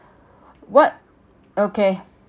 what okay